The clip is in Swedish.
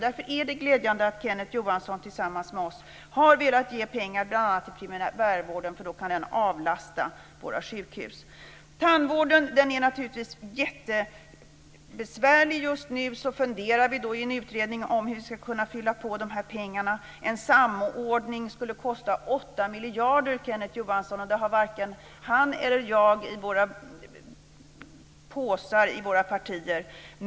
Därför är det också glädjande att Kenneth Johansson tillsammans med oss har velat ge pengar bl.a. till primärvården, därför att den då kan avlasta våra sjukhus. Frågan om tandvården är naturligtvis jättebesvärlig just nu. En utredning funderar på hur man ska kunna fylla på med dessa pengar. En samordning skulle kosta 8 miljarder, Kenneth Johansson, och dessa pengar har varken hans eller mitt parti i sina påsar.